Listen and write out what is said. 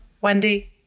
Wendy